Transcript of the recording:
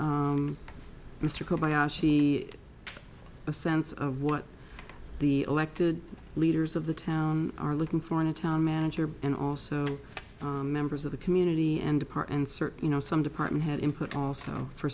mr kobayashi a sense of what the elected leaders of the town are looking for in a town manager and also members of the community and part and certain you know some department head input also for